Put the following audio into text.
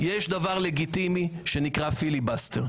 יש דבר לגיטימי שנקרא פיליבסטר.